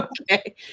Okay